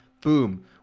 boom